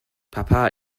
papa